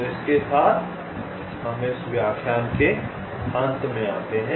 तो इसके साथ हम इस व्याख्यान के अंत में आते हैं